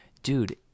Dude